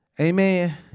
amen